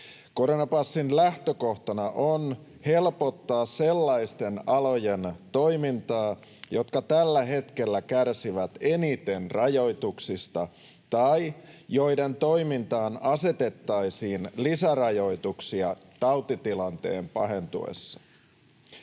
Koronapassin lähtökohtana on helpottaa sellaisten alojen toimintaa, jotka tällä hetkellä kärsivät eniten rajoituksista tai joiden toimintaan asetettaisiin lisärajoituksia tautitilanteen pahentuessa.